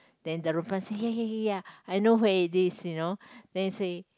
then the Rompan say ya ya ya ya I know where it is you know then he say